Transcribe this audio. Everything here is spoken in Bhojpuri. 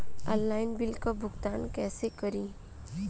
ऑनलाइन बिल क भुगतान कईसे करी?